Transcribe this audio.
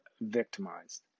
victimized